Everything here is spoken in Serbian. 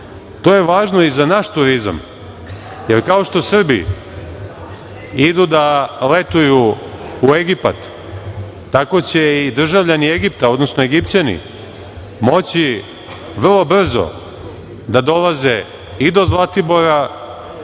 to je važno i za naš turizam, jer kao što Srbi idu da letuju u Egipat, tako će i državljani Egipta, odnosno Egipćani moći vrlo brzo da dolaze i do Zlatibora